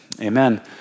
amen